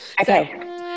Okay